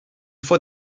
fois